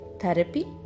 therapy